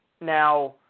now